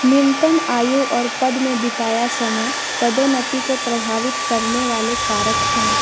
न्यूनतम आयु और पद में बिताया समय पदोन्नति को प्रभावित करने वाले कारक हैं